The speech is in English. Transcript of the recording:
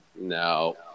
No